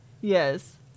Yes